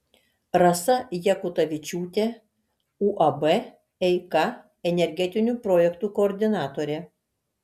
rasa jakutavičiūtė uab eika energetinių projektų koordinatorė